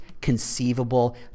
conceivable